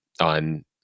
on